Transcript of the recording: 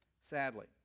Sadly